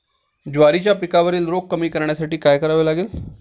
ज्वारीच्या पिकावरील रोग कमी करण्यासाठी काय करावे लागेल?